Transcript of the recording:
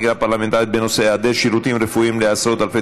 בנושא היעדר שירותים רפואיים לעשרות אלפי